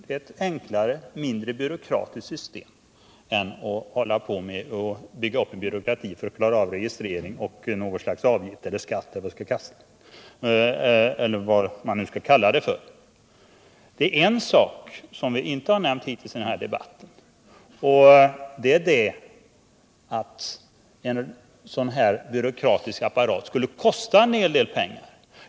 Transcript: Det är ett enklare och mindre byråkratiskt system än att bygga upp en byråkrati för alt klara av registrering och indrivning av något slags avgift, skatt eller vad man nu skall kalla det för. Det är en sak som vi inte nämnt hittills i den här debatten, och det är att en sådan här byråkratisk apparat skulle kosta en hel del pengar.